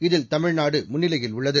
இதில் தமிழ்நாடு முன்னிலையில் உள்ளது